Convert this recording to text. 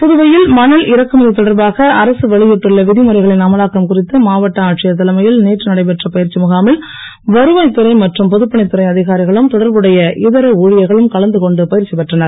புதுவையில் மணல் இறக்குமதி தொடர்பாக அரசு வெளியிட்டுள்ள விதி முறைகளின் அமலாக்கம் குறித்து மாவட்ட ஆட்ச்சியர் தலைமையில் நேற்று நடைபெற்ற பயிற்சி முகாமில் வருவாய் துறை மற்றும் பொதுப்பணித்துறை அதிகாரிகளும் தொடர்புடைய இதர ஊழியர்களும் கலந்து கொண்டு பயிற்சி பெற்றனர்